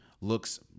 looks